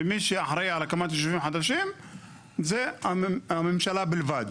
ומי שאחראי על הקמת ישובים חדשים זה הממשלה בלבד